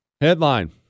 Headline